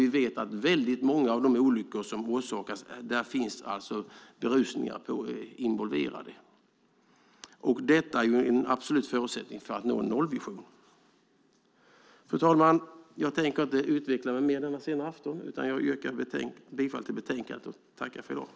Vi vet att vid väldigt många av de olyckor som sker är berusning involverad. Detta är en absolut förutsättning för att nå en nollvision. Fru talman! Jag tänker inte utveckla mig mer denna sena afton. Jag yrkar bifall till utskottets förslag i betänkandet.